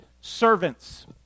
Servants